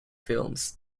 films